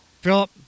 Philip